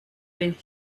and